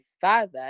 father